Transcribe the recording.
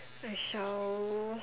I shall